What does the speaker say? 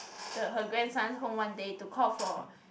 the her grandson home one day to call for